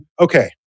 okay